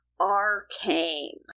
arcane